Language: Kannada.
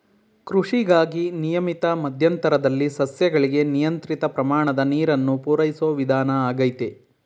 ಕೃಷಿಗಾಗಿ ನಿಯಮಿತ ಮಧ್ಯಂತರದಲ್ಲಿ ಸಸ್ಯಗಳಿಗೆ ನಿಯಂತ್ರಿತ ಪ್ರಮಾಣದ ನೀರನ್ನು ಪೂರೈಸೋ ವಿಧಾನ ಆಗೈತೆ